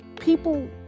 people